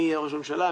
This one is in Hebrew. מי יהיה ראש הממשלה,